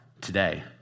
today